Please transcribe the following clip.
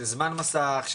של זמן מסך,